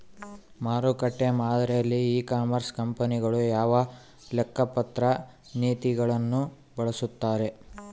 ಮಾರುಕಟ್ಟೆ ಮಾದರಿಯಲ್ಲಿ e commerce ಕಂಪನಿಗಳು ಯಾವ ಲೆಕ್ಕಪತ್ರ ನೇತಿಗಳನ್ನು ಬಳಸುತ್ತಾರೆ?